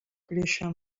créixer